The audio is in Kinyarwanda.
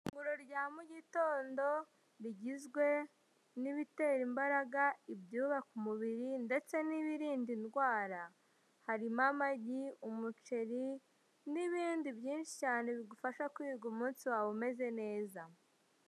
Ifunguro rya mugitondo rigizwe n'ibitera imbaraga, ibyubaka umubiri ndetse n'ibirinda indwara. Harimo amagi, umuceri n'ibindi byinshi cyane bigufasha kwirirwa umunsi wawe umeze neza.